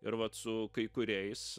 ir vat su kai kuriais